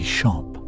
shop